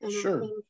sure